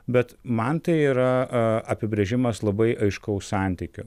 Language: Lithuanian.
bet man tai yra a apibrėžimas labai aiškaus santykio